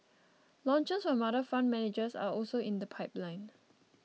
launches from other fund managers are also in the pipeline